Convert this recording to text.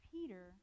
Peter